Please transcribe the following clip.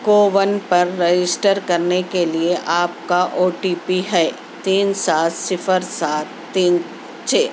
CoWIN پر register کرنے کے لئے آپ کا او ٹی پی ہے تین سات صِفر سات تین چھ